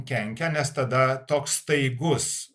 kenkia nes tada toks staigus